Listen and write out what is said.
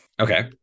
Okay